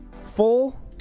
full